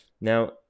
Now